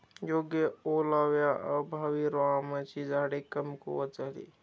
योग्य ओलाव्याअभावी रामाची झाडे कमकुवत झाली